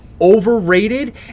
overrated